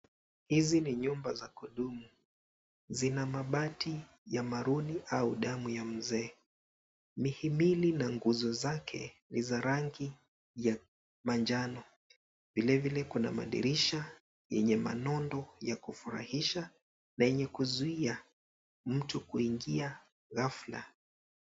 Hizi ni nyumba za kudumu. Zina mabati ya maruni au damu ya mzee. Mihimili na nguzo zake ni za rangi ya manjano. Vile vile kuna madirisha yenye manundu ya kufurahisha na kuzuia mtu kuingia ghafla.